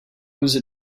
whose